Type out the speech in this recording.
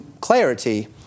clarity